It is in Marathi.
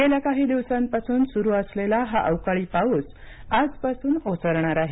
गेल्या काही दिवसांपासून सुरू असलेला हा अवकाळी पाऊस आजपासून ओसरणार आहे